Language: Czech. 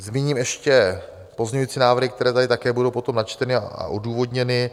Zmíním ještě pozměňovací návrhy, které tady také budou potom načteny a odůvodněny.